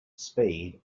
speed